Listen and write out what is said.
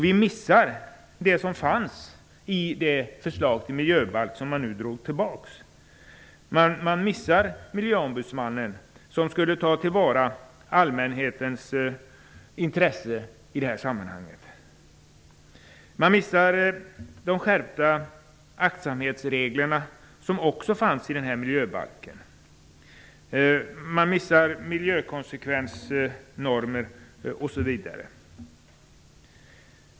Vi missar det som fanns i det förslag till miljöbalk som man dragit tillbaka. Man missar Miljöombudsmannen, som skulle ta till vara allmänhetens intresse i det här sammanhanget. Man missar de skärpta aktsamhetsregler som finns i miljöbalksförslaget. Man missar miljökonsekvensnormer osv.